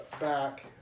back